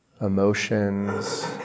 emotions